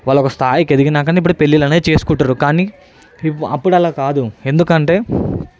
వాళ్లు ఒక స్థాయికి ఎదిగినాకనే పెళ్ళిళ్లనేవి చేసుకుంటుండ్రు కానీ ఇప్పు అప్పుడు అలా కాదు ఎందుకంటే